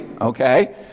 Okay